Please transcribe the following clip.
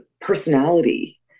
personality